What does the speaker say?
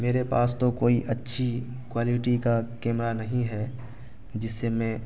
میرے پاس تو کوئی اچھی کوالٹی کا کیمرہ نہیں ہے جس سے میں